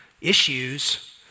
issues